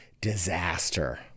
disaster